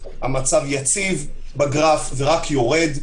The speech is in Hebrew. המצב יציב בגרף ורק יורד,